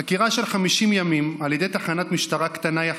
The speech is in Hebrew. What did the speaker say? חקירה של 50 ימים על ידי תחנת משטרה קטנה יחסית,